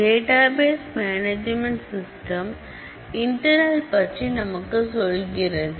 database management system internal பற்றி நமக்கு சொல்கிறது